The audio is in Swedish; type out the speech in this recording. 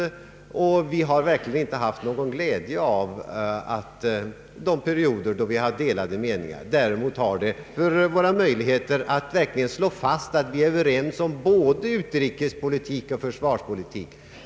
Vi har verkligen inte haft någon glädje av de perioder då det rått delade meningar. Däremot har det varit värdefullt när vi inför utlandet kunnat visa på att vi varit överens om både utrikespolitik och försvarspolitik.